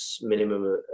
minimum